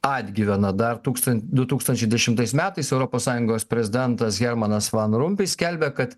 atgyvena dar tūkstan du tūkstančiai dešimtais metais europos sąjungos prezidentas hermanas van rumpei skelbė kad